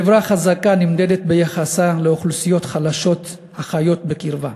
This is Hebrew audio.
חברה חזקה נמדדת ביחסה לאוכלוסיות החלשות החיות בקרבה.